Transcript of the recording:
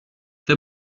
δεν